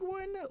one